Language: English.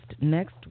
next